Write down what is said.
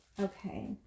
Okay